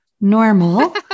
normal